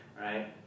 Right